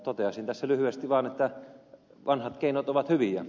toteaisin tässä lyhyesti vaan että vanhat keinot ovat hyviä